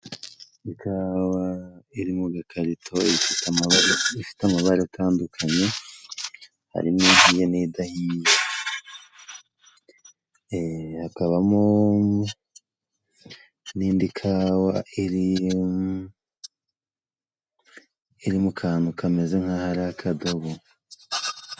Ikawa iri mu gikarito ifite amabara atandukanye, harimo ihiye n'idahiye hakabamo n'indi kawa iri mu kantu kameze nk'aho ari akadobo.